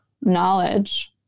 knowledge